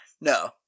No